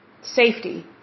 safety